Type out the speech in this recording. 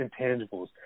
intangibles